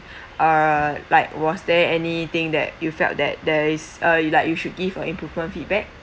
uh like was there any thing that you felt that there is uh you like you should give a improvement feedback